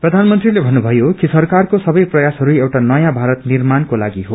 प्रधानमन्त्रीले भन्नुमयो कि सरक्वरको सबै प्रयासहरू एउटा नयाँ भारत निर्माणको लागि को